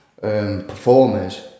performers